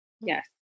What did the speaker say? Yes